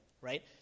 right